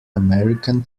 american